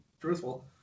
truthful